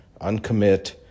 uncommit